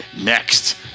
Next